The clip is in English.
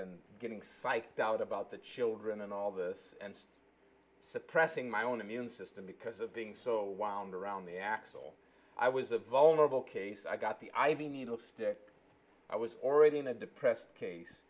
and getting psyched out about the children and all this suppressing my own immune system because of being so wound around the axle i was a vulnerable case i got the i v needle stick i was already in a depressed case